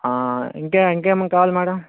ఇంకేం ఇంకేమి కావాలి మేడం